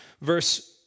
Verse